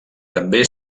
també